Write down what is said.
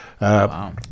Wow